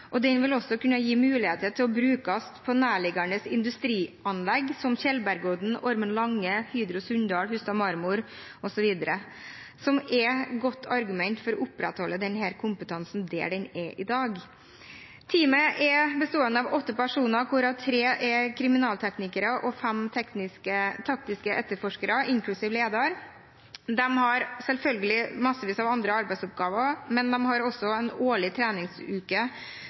og den vil også kunne brukes på nærliggende industrianlegg, som Tjeldbergodden, Ormen Lange, Hydro Sunndal, Hustadmarmor osv., som er et godt argument for å opprettholde denne kompetansen der den er i dag. Teamet består av åtte personer, hvorav tre er kriminalteknikere og fem taktiske etterforskere, inklusiv leder. De har selvfølgelig massevis av andre arbeidsoppgaver, men man har også en årlig treningsuke